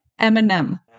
Eminem